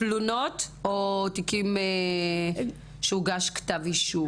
תלונות או תיקים שהוגש כתב אישום?